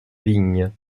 vignes